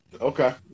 Okay